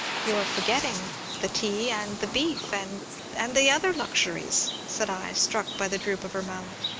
you are forgetting the tea and the beef, and and the other luxuries, said i, struck by the droop of her mouth.